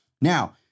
now